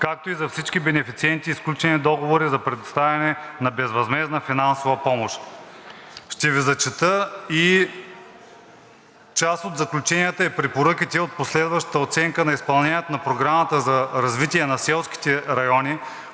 както и за всички бенефициенти и сключени договори за предоставяне на безвъзмездна финансова помощ. Ще Ви изчета и част от заключенията и препоръките от последващата оценка на изпълнението на Програмата за развитие на селските райони